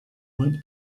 went